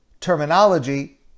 terminology